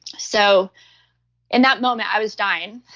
so in that moment, i was dying,